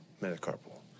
metacarpal